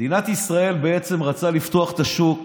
מדינת ישראל בעצם רצתה לפתוח את השוק